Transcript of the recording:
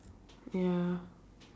ya